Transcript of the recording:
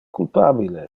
culpabile